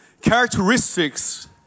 characteristics